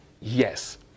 Yes